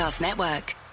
Network